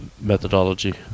methodology